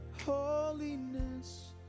holiness